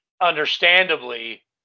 understandably